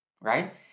right